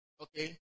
okay